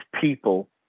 people